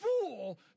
fool